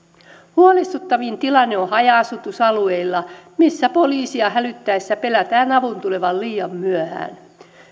huolestuttavin tilanne on haja asutusalueilla missä poliisia hälytettäessä pelätään avun tulevan liian myöhään